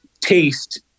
taste